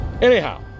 Anyhow